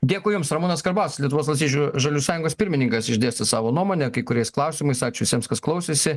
dėkui jums ramūnas karbauskis lietuvos valstiečių žaliųjų sąjungos pirmininkas išdėstė savo nuomonę kai kuriais klausimais ačiū visiems kas klausėsi